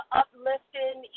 uplifting